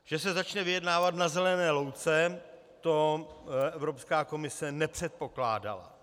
Že se začne vyjednávat na zelené louce, to Evropská komise nepředpokládala.